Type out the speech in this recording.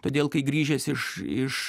todėl kai grįžęs iš iš